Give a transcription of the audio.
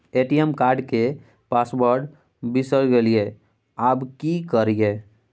ATM card के password बिसरि गेलियै आबय की करियै?